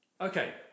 Okay